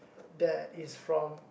that is from